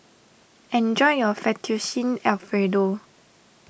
enjoy your Fettuccine Alfredo